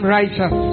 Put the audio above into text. righteous